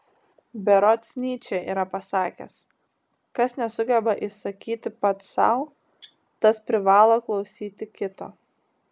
berods nyčė yra pasakęs kas nesugeba įsakyti pats sau tas privalo klausyti kito